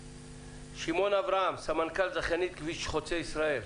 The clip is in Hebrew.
שמעון אברהם סמנכ"ל זכיינית כביש חוצה ישראל.